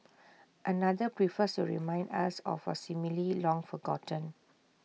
another prefers to remind us of A long forgotten